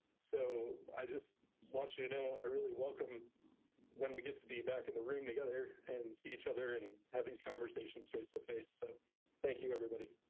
so i just want you to know i really welcome when we get to be back in the room together and see each other and have these conversations face to face. so thank you everybody.